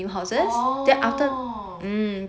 oh